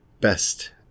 best